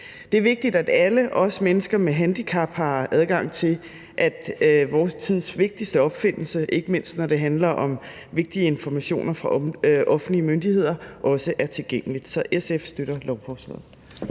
Det er vigtigt, at alle, også mennesker med handicap, har adgang til vores tids vigtigste opfindelse, ikke mindst når det handler om, at vigtige informationer fra offentlige myndigheder er tilgængelige. SF støtter lovforslaget.